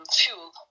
fuel